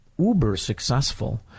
uber-successful